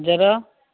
ଗାଜର